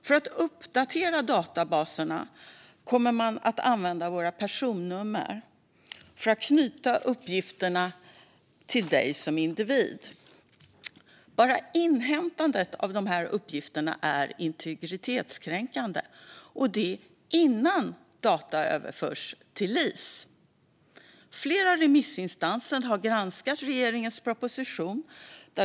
För att uppdatera databaserna kommer man att använda våra personnummer för att knyta uppgifterna till individen. Bara inhämtandet av uppgifterna är integritetskränkande, och det innan dessa data överförs till LIS. Flera remissinstanser har granskat regeringens proposition.